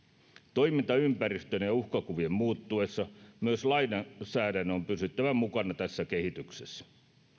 toimintaympäristön ja uhkakuvien muuttuessa myös lainsäädännön on pysyttävä mukana tässä kehityksessä